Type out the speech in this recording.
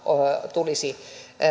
tulisi